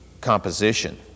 composition